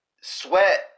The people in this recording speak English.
sweat